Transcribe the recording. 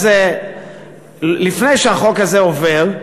לפני שהחוק הזה עובר,